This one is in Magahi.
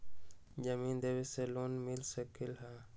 जमीन देवे से लोन मिल सकलइ ह?